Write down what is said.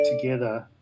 together